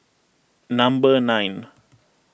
number nine